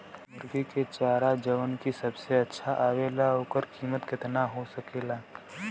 मुर्गी के चारा जवन की सबसे अच्छा आवेला ओकर कीमत केतना हो सकेला?